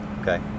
Okay